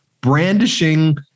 brandishing